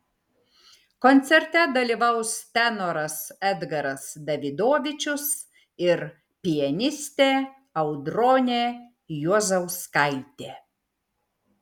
koncerte dalyvaus tenoras edgaras davidovičius ir pianistė audronė juozauskaitė